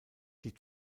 die